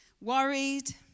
worried